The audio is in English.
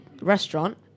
restaurant